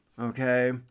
okay